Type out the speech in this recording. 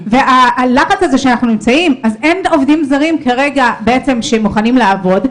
הלחץ הזה שאנחנו נמצאים בו כי אין עובדים זרים כרגע שמוכנים לעבוד.